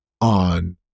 on